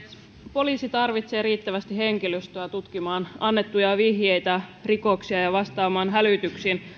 poliisi tarvitsee riittävästi henkilöstöä tutkimaan annettuja vihjeitä rikoksia ja vastaamaan hälytyksiin